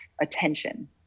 attention